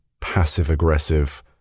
passive-aggressive